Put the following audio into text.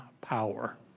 power